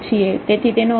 તેથી તેનો અર્થ શું થાય છે